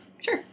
Sure